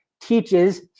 teaches